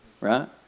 Right